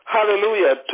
Hallelujah